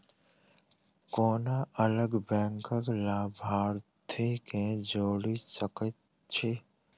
कोना अलग बैंकक लाभार्थी केँ जोड़ी सकैत छी?